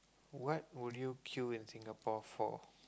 what will you queue in Singapore for